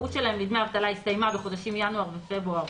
שהזכאות שלהם לדמי אבטלה הסתיימה בחודשים ינואר ופברואר